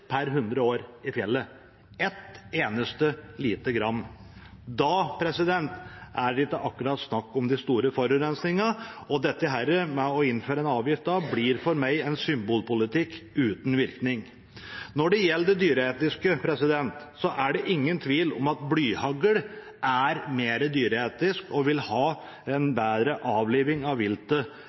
per hundre år i fjellet – ett eneste, lite gram. Da er det ikke akkurat snakk om den store forurensningen, og dette med å innføre en avgift blir da for meg en symbolpolitikk uten virkning. Når det gjelder det dyreetiske, er det ingen tvil om at blyhagl er mer dyreetisk, og en vil kunne avlive viltet på en